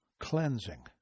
cleansing